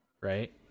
right